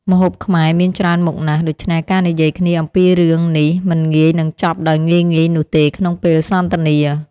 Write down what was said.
ម្ហូបខ្មែរមានច្រើនមុខណាស់ ដូច្នេះការនិយាយគ្នាអំពីរឿងនេះមិនងាយនឹងចប់ដោយងាយៗនោះទេក្នុងពេលសន្ទនា។